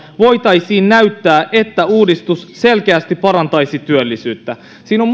voitaisiin näyttää että uudistus selkeästi parantaisi työllisyyttä siinä on